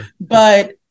but-